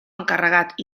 encarregat